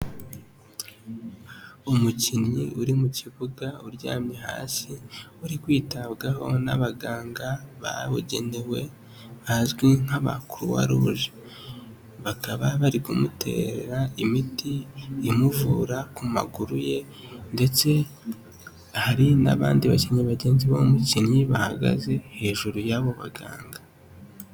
Umukinnyi uri mu kibuga uryamye hasi uri kwitabwaho n'abaganga babugenewe bazwi nk'aba kuruwa ruje bakaba bari kumutera imiti imuvura ku maguru ye ndetse hari n'abandi bakinnyi bagenzi b'umukinnyi bahagaze hejuru y'abo baganga.